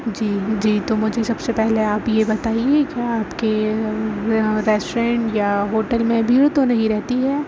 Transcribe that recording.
جی جی تو مجھے سب سے پہلے آپ یہ بتائیے کہ آپ کے ریسٹورینٹ یا ہوٹل میں بھیڑ تو نہیں رہتی ہے